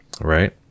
Right